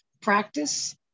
practice